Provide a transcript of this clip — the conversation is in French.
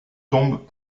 tombent